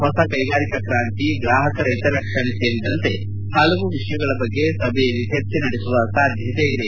ಹೊಸ ಕ್ಯೆಗಾರಿಕಾ ಕ್ರಾಂತಿ ಗ್ರಾಹಕರ ಹಿತರಕ್ಷಣೆ ಸೇರಿದಂತೆ ಹಲವು ವಿಷಯಗಳ ಬಗ್ಗೆ ಸಭೆಯಲ್ಲಿ ಚರ್ಚೆ ನಡೆಸುವ ಸಾಧ್ಯತೆ ಇದೆ